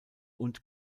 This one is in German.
und